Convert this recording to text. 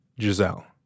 Giselle